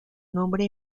nombre